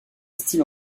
style